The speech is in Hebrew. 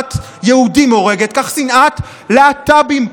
ששנאת יהודים הורגת, כך שנאת להט"בים הורגת.